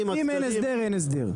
אין הסדר, אין הסדר.